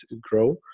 grow